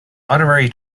honorary